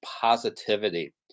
positivity